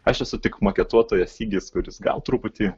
aš esu tik maketuotojas sigis kuris gal truputį